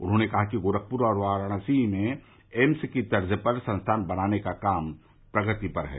उन्होंने कहा कि गोरखपुर और वाराणसी में एम्स की तर्ज़ पर संस्थान बनाने का काम प्रगति पर है